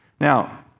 Now